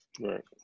Right